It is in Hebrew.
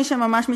מי שממש מתעקש.